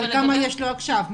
כמה יש לו עכשיו?